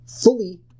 fully